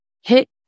hit